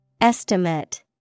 Estimate